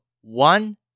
one